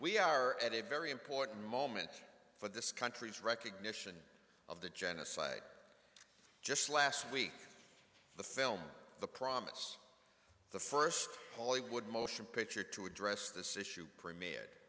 we are at a very important moment for this country's recognition of the genocide just last week the film the promise the first hollywood motion picture to address this issue for me